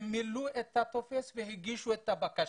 מילאה את הטופס והגישה את הבקשה.